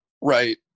Right